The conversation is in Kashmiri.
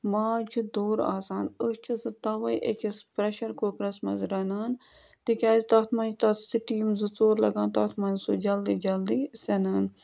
ماز چھِ دوٚر آسان أسۍ چھِ سُہ تَوَے أکِس پرٛٮ۪شَر کُکرَس منٛز رَنان تِکیٛازِ تَتھ منٛز چھِ تَتھ سِٹیٖم زٕ ژور لَگان تَتھ منٛز چھُ سُہ جلدی جلدی سٮ۪نان